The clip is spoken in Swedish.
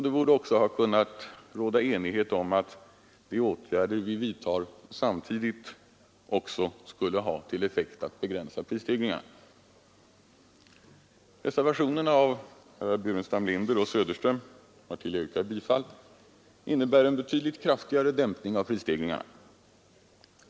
Det borde också ha kunnat råda enighet om att de åtgärder vi vidtar samtidigt skulle ha till effekt att begränsa prisstegringarna. Reservationerna av herrar Burenstam Linder och Söderström, vartill jag yrkar bifall, innebär en betydligt kraftigare dämpning av prisstegringarna.